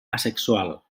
asexual